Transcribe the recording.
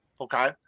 Okay